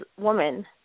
woman